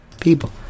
people